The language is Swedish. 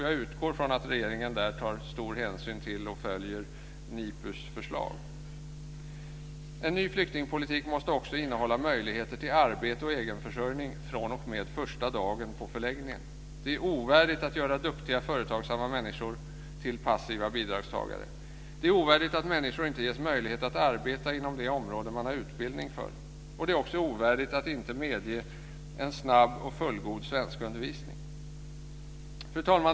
Jag utgår från att regeringen där tar stor hänsyn till och följer NIPU:s förslag. En ny flyktingpolitik måste också innehålla möjligheter till arbete och egenförsörjning fr.o.m. första dagen på förläggningen. Det är ovärdigt att göra duktiga och företagsamma människor till passiva bidragstagare. Det är ovärdigt att människor inte ges möjlighet att arbeta inom det område de här utbildning för. Det är också ovärdigt att inte medge en snabb och fullgod svenskundervisning. Fru talman!